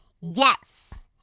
Yes